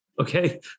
Okay